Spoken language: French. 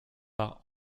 par